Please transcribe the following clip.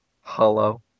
Hello